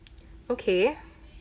okay